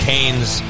Canes